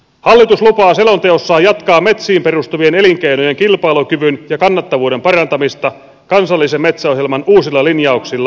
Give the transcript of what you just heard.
hallitus lupaa selonteossaan jatkaa metsiin perustuvien elinkeinojen kilpailukyvyn ja kannattavuuden parantamista kansallisen metsäohjelman uusilla linjauksilla ja toimenpiteillä